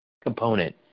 component